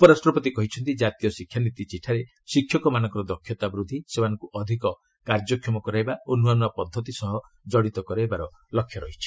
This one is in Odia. ଉପରାଷ୍ଟ୍ରପତି କହିଛନ୍ତି କାତୀୟ ଶିକ୍ଷାନୀତି ଚିଠାରେ ଶିକ୍ଷକମାନଙ୍କର ଦକ୍ଷତା ବୃଦ୍ଧି ସେମାନଙ୍କୁ ଅଧିକ କାର୍ଯ୍ୟକ୍ଷମ କରାଇବା ଓ ନ୍ତ୍ରଆ ନୃଆ ପଦ୍ଧତି ସହ ଜଡ଼ିତ କରାଇବାର ଲକ୍ଷ୍ୟ ରହିଛି